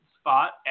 spot